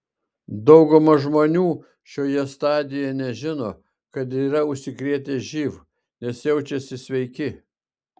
dauguma žmonių šioje stadijoje nežino kad yra užsikrėtę živ nes jaučiasi sveiki